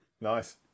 Nice